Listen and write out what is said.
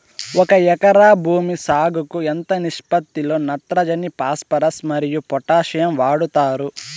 ఒక ఎకరా భూమి సాగుకు ఎంత నిష్పత్తి లో నత్రజని ఫాస్పరస్ మరియు పొటాషియం వాడుతారు